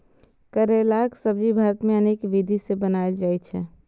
करैलाक सब्जी भारत मे अनेक विधि सं बनाएल जाइ छै